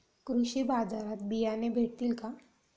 कृषी बाजारात बियाणे भेटतील का?